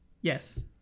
Yes